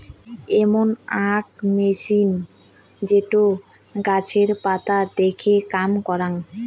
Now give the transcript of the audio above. এমন আক মেছিন যেটো গাছের পাতা দেখে কাম করং